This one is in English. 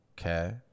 Okay